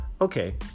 okay